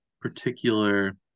particular